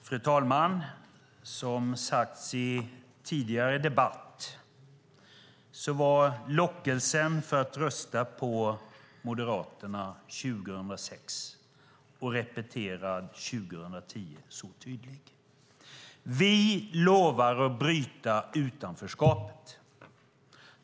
Fru talman! Som sagts i tidigare debatt var lockelsen att rösta på Moderaterna 2006 och 2010 tydlig. De lovade att bryta utanförskapet.